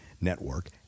Network